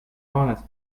honest